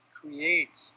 create